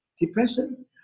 depression